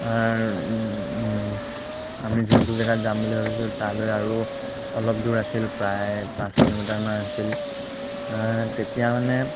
আমাৰ আমি যোনটো জেগাত যাম বুলি ভাবিছোঁ তালৈ আৰু অলপ দূৰ আছিল প্ৰায় পাঁচ কিলোমিটাৰমান আছিল তেতিয়া মানে